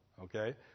Okay